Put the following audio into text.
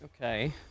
Okay